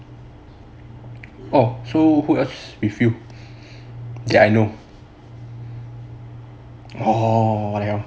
oh so who else with you k I know orh